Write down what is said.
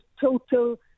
total